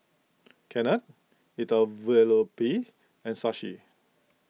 Ketna Elattuvalapil and Shashi